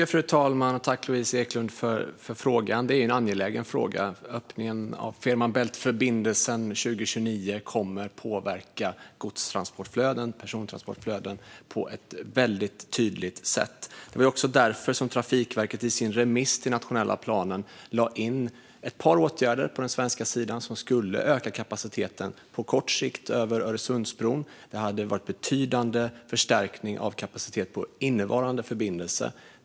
Fru talman! Jag tackar Louise Eklund för frågan. Det är en angelägen fråga. Öppningen av Fehmarn Bält-förbindelsen 2029 kommer att påverka godstransportflöden och persontransportflöden på ett väldigt tydligt sätt. Det var också därför som Trafikverket i sitt remissvar om den nationella planen lade in ett par åtgärder på den svenska sidan som på kort sikt skulle öka kapaciteten över Öresundsbron. Det hade inneburit en betydande förstärkning av kapaciteten hos nuvarande förbindelse.